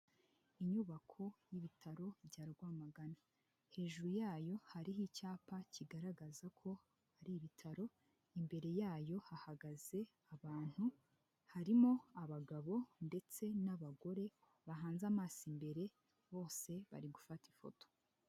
Inyubako y'ibitaro bya Rwamagana hejuru yayo hariho icyapa kigaragaza ko hari ibitaro imbere yayo hahagaze abantu harimo abagabo ndetse n'abagore bahanze amaso imbere bose bari gufata ifoto.